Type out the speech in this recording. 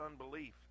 unbelief